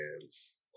hands